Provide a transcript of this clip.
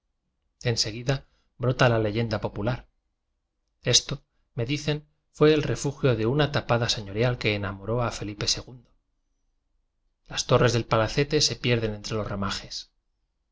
en seguida brota la leyenda po pular esto me dicen fué el refugio de una tapada señorial que enamoró a felipe ii las torres del palacete se pierden entre los ramajes